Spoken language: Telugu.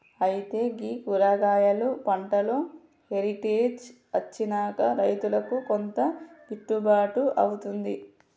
అయితే గీ కూరగాయలు పంటలో హెరిటేజ్ అచ్చినంక రైతుకు కొంత గిట్టుబాటు అవుతుంది